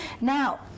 Now